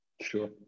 Sure